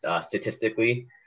statistically